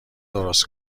درست